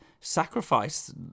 sacrifice